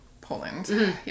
Poland